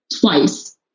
twice